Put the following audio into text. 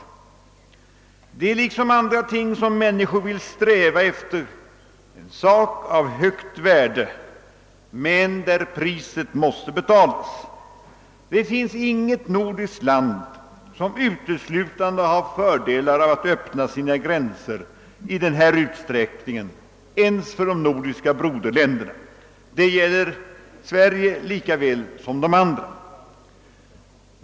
Detta är — liksom andra ting människor vill sträva efter — en sak av högt värde, men priset måste betalas. Inget nordiskt land har uteslutande fördelar av att öppna sina gränser i denna utsträckning ens för de nordiska broderländerna. Det gäller Sverige lika väl som de andra länderna.